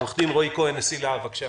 עורך דין רועי כהן, נשיא לה"ב, בבקשה.